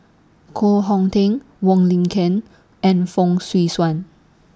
Koh Hong Teng Wong Lin Ken and Fong Swee Suan